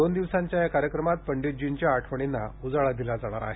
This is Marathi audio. दोन दिवसांच्या या कार्यक्रमात पंडितर्जीच्या आठवणींना उजाळा दिला जाणार आहे